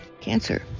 Cancer